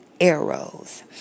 arrows